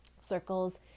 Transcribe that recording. Circles